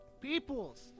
peoples